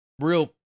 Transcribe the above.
real